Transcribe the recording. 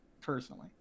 personally